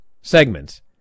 segments